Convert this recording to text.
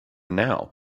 now